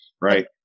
Right